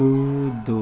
कूदो